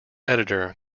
editor